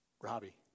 Robbie